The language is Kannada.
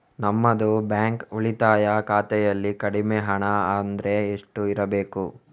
ನಮ್ಮದು ಬ್ಯಾಂಕ್ ಉಳಿತಾಯ ಖಾತೆಯಲ್ಲಿ ಕಡಿಮೆ ಹಣ ಅಂದ್ರೆ ಎಷ್ಟು ಇರಬೇಕು?